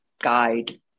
guide